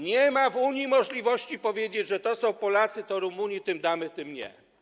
Nie ma w Unii możliwości powiedzieć, że to są Polacy, to są Rumuni, tym damy, a tym nie.